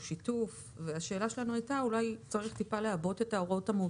והיכן שמדובר בהוראות שחייבות להיות